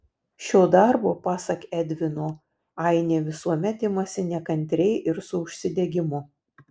šio darbo pasak edvino ainė visuomet imasi nekantriai ir su užsidegimu